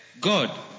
God